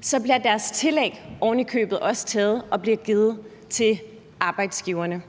så bliver deres tillæg oven i købet også taget og bliver givet til arbejdsgiverne.